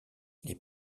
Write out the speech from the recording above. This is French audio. les